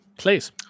Please